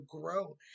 grow